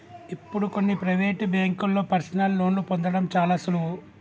ఇప్పుడు కొన్ని ప్రవేటు బ్యేంకుల్లో పర్సనల్ లోన్ని పొందడం చాలా సులువు